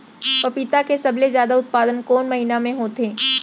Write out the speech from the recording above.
पपीता के सबले जादा उत्पादन कोन महीना में होथे?